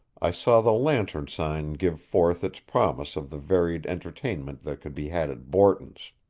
i saw the lantern sign give forth its promise of the varied entertainment that could be had at borton's.